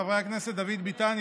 חברי הכנסת דוד ביטן,